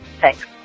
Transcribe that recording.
thanks